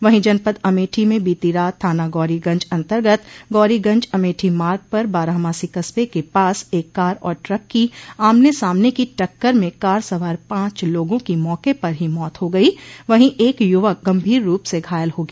वहीं जनपद अमेठी में बीती रात थाना गौरीगंज अन्तर्गत गौरीगंज अमेठी मार्ग पर बारहमासी कस्बे के पास एक कार और ट्रक की आमने सामने की टक्कर में कार सवार पांच लोगों की मौके पर ही मौत हो गई वहीं एक यूवक गंभीर रूप से घायल हो गया